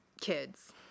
kids